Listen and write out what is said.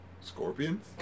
Scorpions